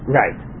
right